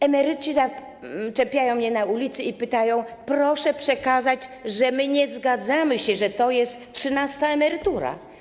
Emeryci zaczepiają mnie na ulicy i mówią: „Proszę przekazać, że my nie zgadzamy się, że to jest trzynasta emerytura”